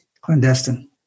Clandestine